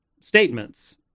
statements